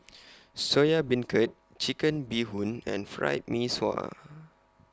Soya Beancurd Chicken Bee Hoon and Fried Mee Sua